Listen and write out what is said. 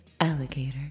alligator